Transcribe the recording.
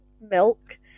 milk